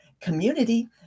community